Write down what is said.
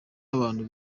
abantu